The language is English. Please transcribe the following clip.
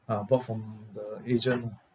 uh bought from the agent ah